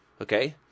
okay